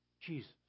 Jesus